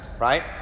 right